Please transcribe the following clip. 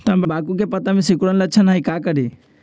तम्बाकू के पत्ता में सिकुड़न के लक्षण हई का करी?